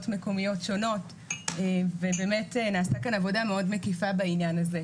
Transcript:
מקומיות שונות ובאמת נעשתה כאן עבודה מאוד מקיפה בעניין הזה,